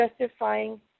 justifying